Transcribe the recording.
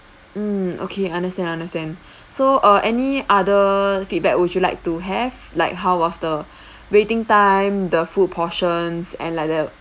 mm okay understand understand so err any other feedback would you like to have like how was the waiting time the food portions and like the